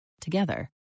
Together